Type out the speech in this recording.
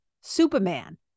Superman